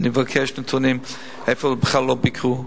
אני מבקש נתונים איפה בכלל לא ביקרו.